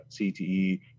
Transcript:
CTE